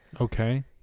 Okay